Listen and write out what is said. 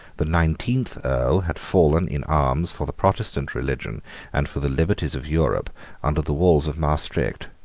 the nineteenth earl had fallen in arms for the protestant religion and for the liberties of europe under the walls of maastricht.